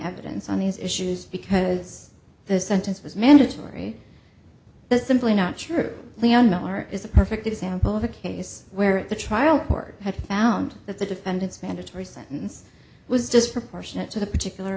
evidence on these issues because the sentence was mandatory that's simply not true leon miller is a perfect example of a case where the trial court had found that the defendant's mandatory sentence was just proportionate to the particular